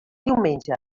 diumenge